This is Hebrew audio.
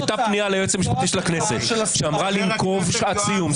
הייתה פנייה ליועצת המשפטית של הכנסת שאמרה לנקוב שעת סיום.